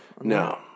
no